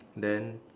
then